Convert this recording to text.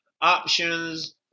options